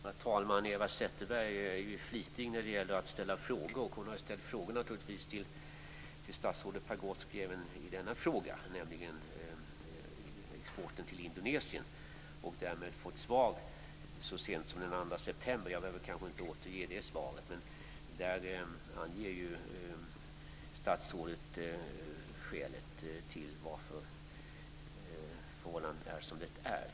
Herr talman! Eva Zetterberg är flitig när det gäller att ställa frågor. Hon har ställt frågor till statsrådet Pagrotsky även vad gäller exporten till Indonesien och därmed fått svar så sent som den 2 september. Jag behöver kanske inte återge det svaret. Där anger statsrådet skälet till att förhållandena är som de är.